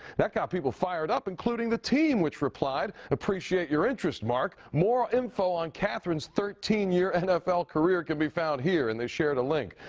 that got people fired up, including the team, which replied, appreciate your interest, mark. more info on katherine's thirteen year nfl career can be found here and shared a link.